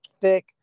thick